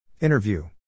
Interview